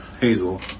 Hazel